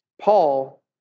Paul